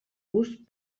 gust